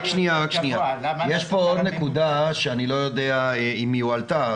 --- יש פה עוד נקודה שאני לא יודע אם היא הועלתה,